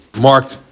Mark